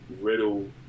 Riddle